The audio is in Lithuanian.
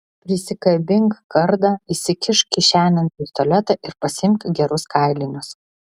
prisikabink kardą įsikišk kišenėn pistoletą ir pasiimk gerus kailinius